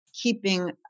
keeping